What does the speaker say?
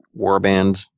Warband